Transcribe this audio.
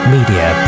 Media